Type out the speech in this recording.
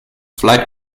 flight